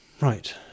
Right